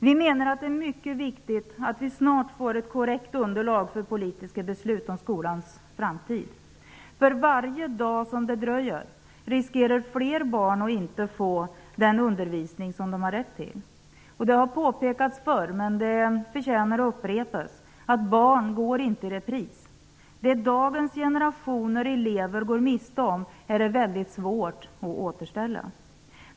Vi menar att det är mycket viktigt att vi snart får ett korrekt underlag för politiska beslut om skolans framtid. För varje dag som ett sådant dröjer blir det allt fler barn som löper risken att inte få den undervisning som de har rätt till. Barn går inte i repris -- det har påpekats förr, men det förtjänar att upprepas. Det är väldigt svårt att återställa vad dagens generation av elever går miste om.